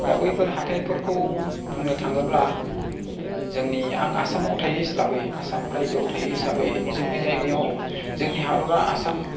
दा बैफोर हाथायफोरखौ बुंनो थाङोब्ला जोंनि आं आसामाव थायो हिसाबै आसाम रायजोआव थायो हिसाबै जोंनि जायगायाव जोंनि हादोरा आसाम